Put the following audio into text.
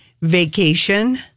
vacation